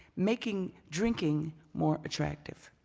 making drinking more attractive.